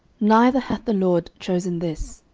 neither hath the lord chosen this.